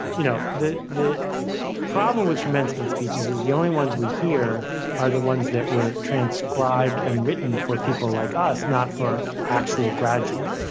you know the the problem with commencement speeches is the only ones we hear are the ones that were transcribed and written for people like us, not for actual graduates.